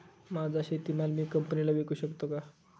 माझा शेतीमाल मी कंपनीला विकू शकतो का?